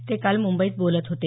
ते काल मुंबईत बोलत होते